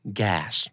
gas